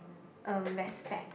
uh respect